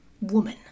woman